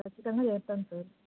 ఖచ్చితంగా వేస్తాము సార్